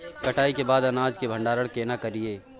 कटाई के बाद अनाज के भंडारण केना करियै?